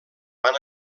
van